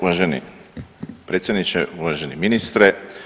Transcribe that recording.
Uvaženi predsjedniče, uvaženi ministre.